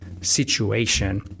situation